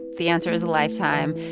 the answer is a lifetime.